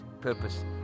purpose